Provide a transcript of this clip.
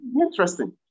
Interesting